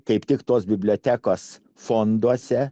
kaip tik tos bibliotekos fonduose